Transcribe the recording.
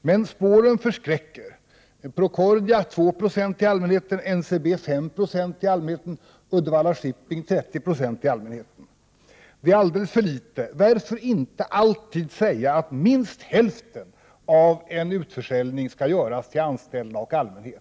Men spåren förskräcker. När Procordia introducerades på börsen gick 2 9 till allmänheten, när NCB introducerades gick 5 9 till allmänheten, och när Uddevalla Shipping introducerades gick 30 9 till allmänheten. Det är alldeles för litet. För det första: Varför bestämmer man inte att minst hälften av aktierna vid en utförsäljning alltid skall gå till anställda och allmänhet?